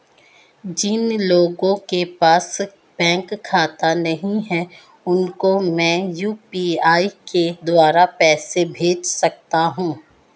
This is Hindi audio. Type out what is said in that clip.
जिन लोगों के पास बैंक खाता नहीं है उसको मैं यू.पी.आई के द्वारा पैसे भेज सकता हूं?